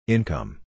Income